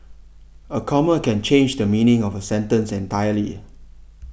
a comma can change the meaning of a sentence entirely